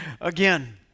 again